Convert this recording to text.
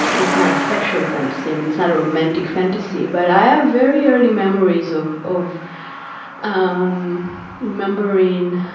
it's not a sexual fantasy. i mean, it's not a romantic fantasy, but i have very early memories of of um remembering